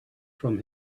from